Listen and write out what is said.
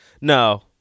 No